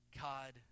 God